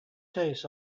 tastes